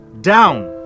down